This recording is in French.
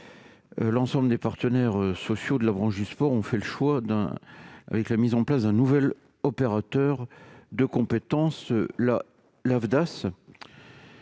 l'ensemble des partenaires sociaux de la branche du sport ont fait le choix d'un nouvel opérateur de compétence, l'Afdas.